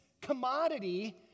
commodity